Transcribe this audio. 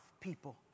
people